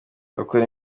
bakora